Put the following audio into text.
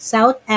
South